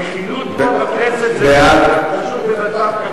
הרכילות פה בכנסת היא פשוט במצב קטסטרופלי.